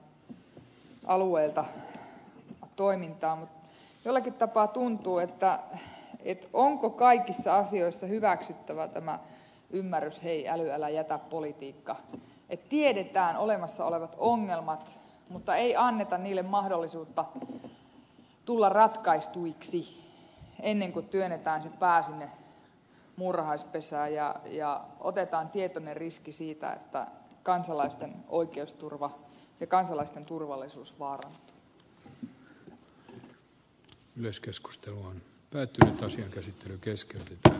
jollakin tapaa tuntuu että onko kaikissa asioissa hyväksyttävä tämä ymmärrys hei äly älä jätä politiikka että tiedetään olemassa olevat ongelmat mutta ei anneta niille mahdollisuutta tulla ratkaistuiksi ennen kuin työnnetään se pää sinne muurahaispesään ja otetaan tietoinen riski siitä että kansalaisten oikeusturva ja kansalaisten turvallisuus vaarantuu